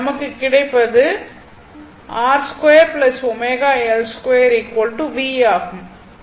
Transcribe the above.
நமக்கு கிடைப்பது R 2 ω L2 v ஆகும்